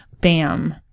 bam